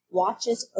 watches